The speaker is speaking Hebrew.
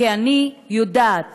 כי אני יודעת